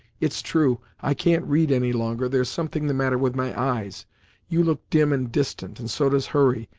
it's true, i can't read any longer, there's something the matter with my eyes you look dim and distant and so does hurry,